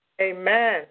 Amen